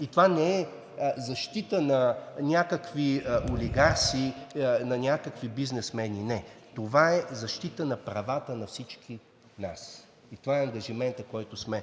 И това не е защита на някакви олигарси, на някакви бизнесмени – не, това е защита на правата на всички нас. Това е ангажиментът, който сме